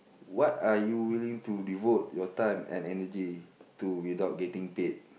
what are you willing to devote your time and energy to without getting paid